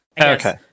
Okay